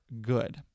good